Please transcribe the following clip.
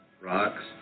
rocks